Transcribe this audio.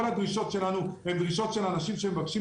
כל הדרישות שלנו הן דרישות של אנשים שמבקשים